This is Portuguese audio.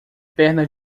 perna